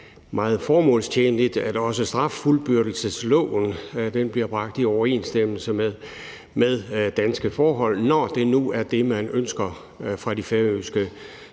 meget formålstjenligt, at straffuldbyrdelsesloven bliver bragt i overensstemmelse med danske forhold, når det nu er det, man ønsker fra det færøske